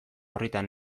orritan